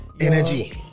energy